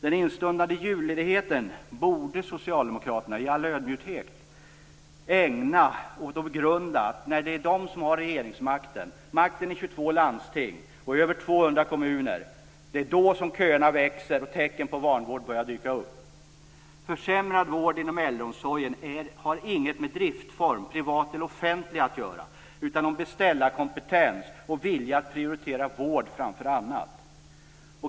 Den instundande julledigheten borde socialdemokraterna, i all ödmjukhet, ägna åt att begrunda att när de har regeringsmakten, makten i 22 landsting och över 200 kommuner, växer köer och börjar tecken på vanvård dyka upp. Försämrad vård inom äldreomsorgen har inget med driftform, privat eller offentlig, att göra utan om beställarkompetens och vilja att prioritera vård framför annat.